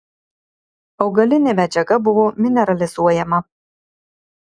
augalinė medžiaga buvo mineralizuojama